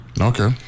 Okay